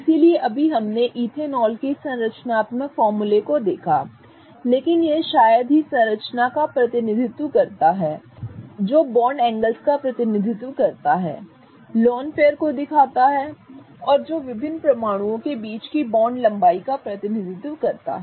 इसलिए अभी हमने इथेनॉल के संरचनात्मक फार्मूले को देखा लेकिन यह शायद ही संरचना का प्रतिनिधित्व करता है जो बॉन्ड एंगल्स का प्रतिनिधित्व करता है लोन पेयर को दिखाता है और जो विभिन्न परमाणुओं के बीच की बॉन्ड लंबाई का प्रतिनिधित्व करता है